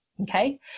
Okay